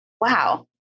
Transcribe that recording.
wow